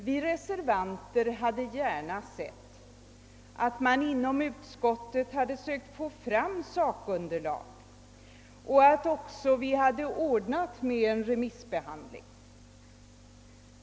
Vi reservanter hade gärna sett att utskottet hade sökt få fram ett sakunderlag och även att det hade ordnats med en remissbehandling.